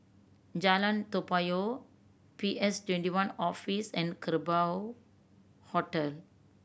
Jalan Toa Payoh P S Twenty one Office and Kerbau Hotel